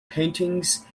paintings